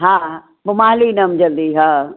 हा हा पोइ मां हली ईंदमि जल्दी हा